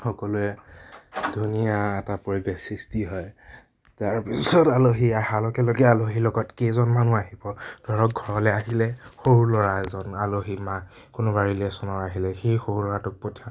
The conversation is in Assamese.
সকলোৱে ধুনীয়া এটা পৰিৱেশ সৃষ্টি হয় তাৰপিছত আলহী আহাৰ লগে লগে আলহীৰ লগত কেইজন মানুহ আহিব ধৰক ঘৰলে আহিলে সৰু ল'ৰা এজন আলহী মা কোনোবা ৰিলেচনৰ আহিলে সেই সৰু ল'ৰাটোৰ পঠিওৱা